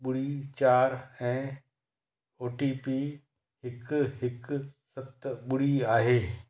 ॿुड़ी चार ऐं ओ टी पी हिकु हिकु सत ॿुड़ी आहे